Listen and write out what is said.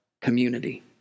community